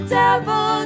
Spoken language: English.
devil